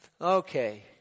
okay